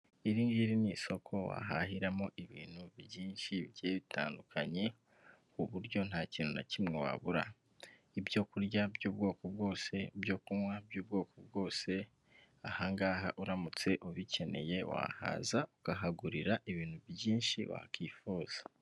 Iri ngiri ni isoko wahahiramo ibintu byinshi bigiye bitandukanye, ku buryo nta kintu na kimwe wabura, ibyo kurya by'ubwoko bwose, ibyo kunywa by'ubwoko bwose, aha ngaha uramutse ubikeneye wahaza, ukahagurira ibintu byinshi wakwifuza.